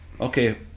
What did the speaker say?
okay